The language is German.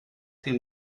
dem